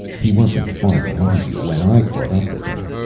he wasn't far behind you when i caught up with him.